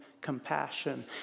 compassion